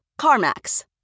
CarMax